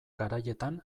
garaietan